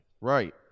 Right